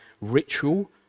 ritual